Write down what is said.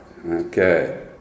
Okay